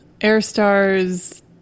Airstar's